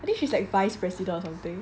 I think she's like vice president or something